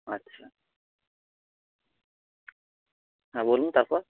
আচ্ছা হ্যাঁ বলুন তারপর